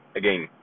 again